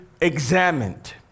examined